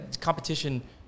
competition